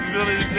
Billy